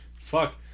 Fuck